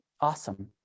awesome